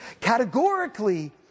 categorically